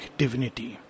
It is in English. divinity